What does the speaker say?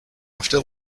after